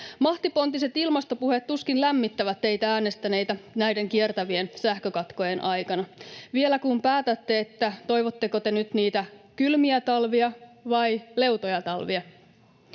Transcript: Mahtipontiset ilmastopuheet tuskin lämmittävät teitä äänestäneitä näiden kiertävien sähkökatkojen aikana. Vielä kun päätätte, että toivotteko te nyt niitä kylmiä talvia vai leutoja talvia.